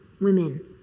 women